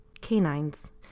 canines